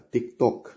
TikTok